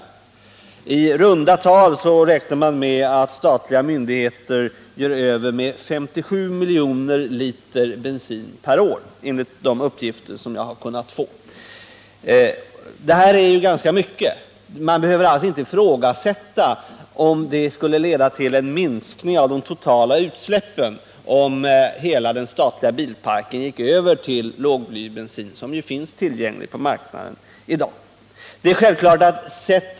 Enligt de uppgifter som jag har kunnat få räknar man med att statliga myndigheter i runt tal gör av med 57 miljoner liter bensin per år. Detta är ganska mycket, och man behöver därför inte ifrågasätta att det skulle leda till en minskning av de totala utsläppen, om hela den statliga bilparken gick över till lågblybensin, som ju finns på marknaden i dag.